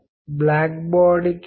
మరియు ఒక ఛానెల్ ఉండాలి